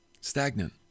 stagnant